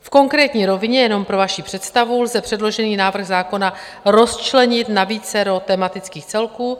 V konkrétní rovině jenom pro vaši představu lze předložený návrh zákona rozčlenit na vícero tematických celků.